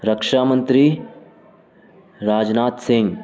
رکشا منتری راجنااتھ سنگھ